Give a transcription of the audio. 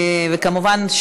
וכמובן,